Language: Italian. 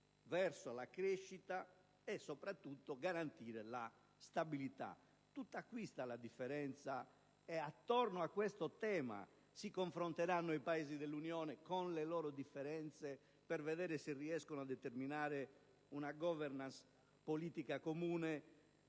verso la crescita, e soprattutto garantire la stabilità. Tutta qui sta la differenza, e attorno a questo tema si confronteranno i Paesi dell'Unione, con le loro diversità, per vedere se riescono a determinare una *governance* politica comune